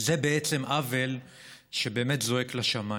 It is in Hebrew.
זה עוול שבאמת זועק לשמיים,